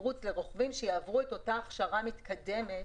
לרוכבים שיעברו את אותה הכשרה מתקדמת